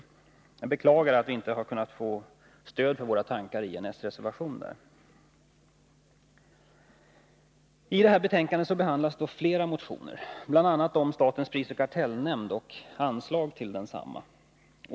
Jag beklagar att vi inte har kunnat få stöd för våra tankar i en s-reservation. I betänkandet behandlas flera motioner, bl.a. om statens prisoch kartellnämnd och anslag till densamma.